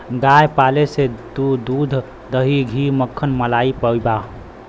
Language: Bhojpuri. गाय पाले से तू दूध, दही, घी, मक्खन, मलाई पइबा